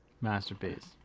masterpiece